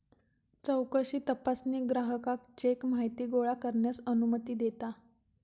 चौकशी तपासणी ग्राहकाक चेक माहिती गोळा करण्यास अनुमती देता